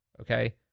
Okay